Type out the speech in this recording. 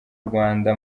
rwanda